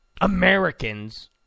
Americans